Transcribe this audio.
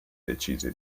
decise